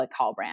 Hallbrand